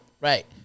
right